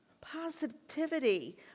positivity